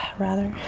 rather.